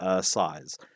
size